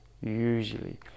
usually